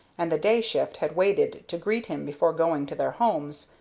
and the day-shift had waited to greet him before going to their homes,